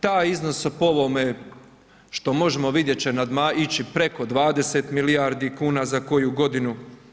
Taj iznos po ovome što možemo vidjeti će ići preko 20 milijardi kuna za koju godinu.